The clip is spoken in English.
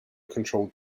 controlled